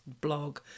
blog